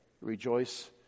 rejoice